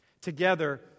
Together